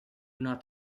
not